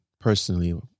personally